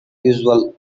usual